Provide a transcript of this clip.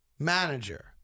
Manager